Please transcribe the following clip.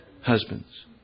husbands